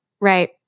Right